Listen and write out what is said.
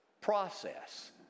process